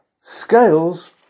scales